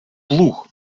плуг